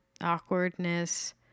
awkwardness